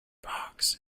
box